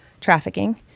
trafficking